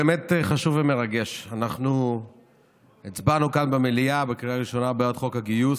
אנחנו הצבענו כאן במליאה בקריאה ראשונה בעד חוק הגיוס.